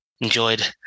enjoyed